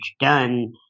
done